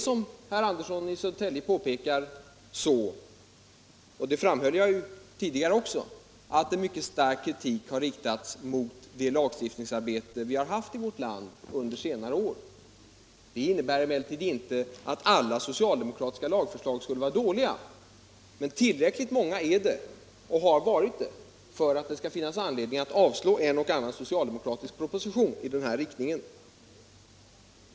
Som herr Andersson i Södertälje påpekar — jag framhöll det också tidigare — har mycket stark kritik riktats mot det lagstiftningsarbete vi har haft i vårt land under senare år. Det innebär inte att alla socialdemokratiska lagförslag skulle vara dåliga, men tillräckligt många har varit det för att det skall finnas anledning att avslå en och annan socialdemokratisk proposition i den här riktningen.